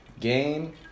game